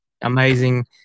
amazing